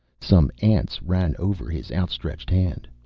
some ants ran over his outstretched hand.